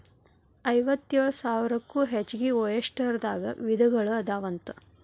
ಐವತ್ತೇಳು ಸಾವಿರಕ್ಕೂ ಹೆಚಗಿ ಒಯಸ್ಟರ್ ದಾಗ ವಿಧಗಳು ಅದಾವಂತ